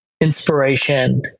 inspiration